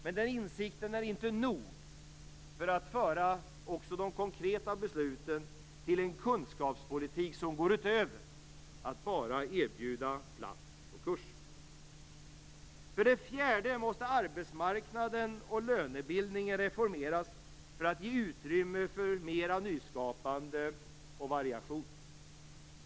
Men den insikten är inte nog för att föra också de konkreta besluten till en kunskapspolitik som går utöver detta med att bara erbjuda plats på en kurs. För det fjärde måste arbetsmarknaden och lönebildningen reformeras för att ge utrymme för mera nyskapande och variation.